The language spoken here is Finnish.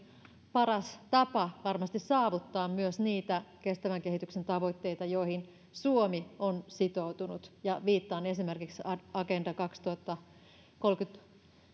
paras tapa varmasti saavuttaa myös niitä kestävän kehityksen tavoitteita joihin suomi on sitoutunut ja viittaan esimerkiksi agenda kaksituhattakolmekymmentä